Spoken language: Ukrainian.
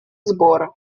збори